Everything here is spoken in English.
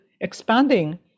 expanding